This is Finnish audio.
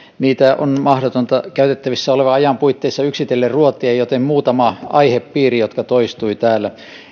niitä on mahdotonta käytettävissä olevan ajan puitteissa yksitellen ruotia joten muutama aihepiiri jotka toistuivat täällä